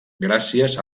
gràcies